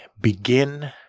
begin